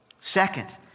Second